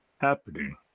happening